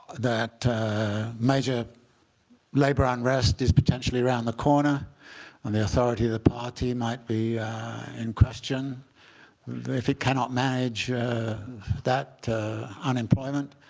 that major labor unrest is potentially around the corner and the authority of the party might be in question if it cannot manage that unemployment,